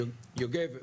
יוגב,